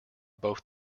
both